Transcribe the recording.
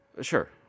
Sure